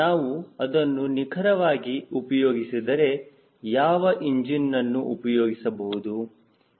ನಾವು ಅದನ್ನು ನಿಖರವಾಗಿ ಉಪಯೋಗಿಸಿದರೆ ಯಾವ ಇಂಜಿನ್ನನ್ನು ಉಪಯೋಗಿಸಬಹುದು